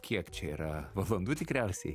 kiek čia yra valandų tikriausiai